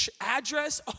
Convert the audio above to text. address